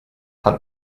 hunt